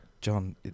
John